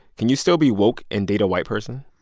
can you still be woke and date a white person?